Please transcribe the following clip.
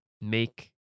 make